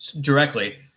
directly